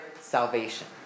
salvation